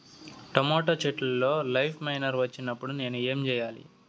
Tomato చెట్టులో leaf miner వచ్చినప్పుడు నేను ఏమి చెయ్యాలి?